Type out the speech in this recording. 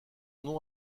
nom